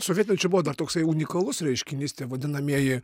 sovietmečiu buvo dar toksai unikalus reiškinys vadinamieji